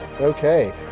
Okay